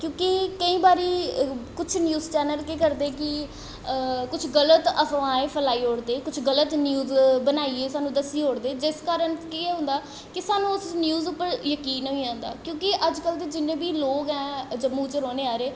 क्योंकि केईं बारी कुछ न्यूज चैनल केह् करदे कि कुछ गल्त अफवाहें फैलाई ओड़दे कुछ गल्त न्यूज बनाइयै सानूं दस्सी ओड़दे जिस कारण केह् होंदा कि सानूं उस न्यूज उप्पर जकीन होई जंदा क्योंकि अजकल्ल दे जिन्ने बी लोग ऐ जम्मू च रौह्ने आह्ले